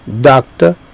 doctor